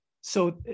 So-